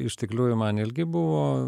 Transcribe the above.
iš tikliųjų man ilgi buvo